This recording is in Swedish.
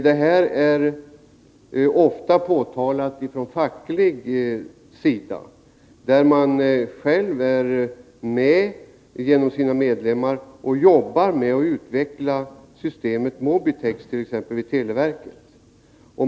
Det här är ofta påtalat från fackligt håll, där man själv är med genom sina medlemmar och jobbar med att utveckla systemet Mobitex.